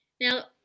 Now